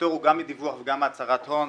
הפטור הוא גם מדיווח וגם מהצהרת הון,